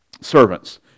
servants